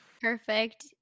perfect